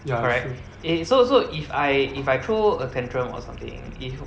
correct okay so so if I if I throw a tantrum or something if